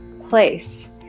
place